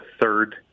third